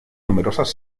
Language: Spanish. numerosas